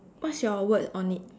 what's your word on it